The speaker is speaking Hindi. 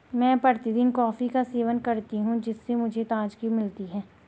मैं प्रतिदिन कॉफी का सेवन करती हूं जिससे मुझे ताजगी मिलती है